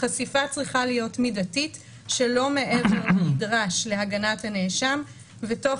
החשיפה צריכה להיות מידתית שלא מעבר לנדרש להגנת לנאשם ותוך